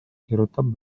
kirjutab